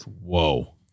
whoa